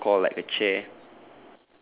ya so called like a chair